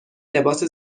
لباس